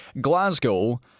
Glasgow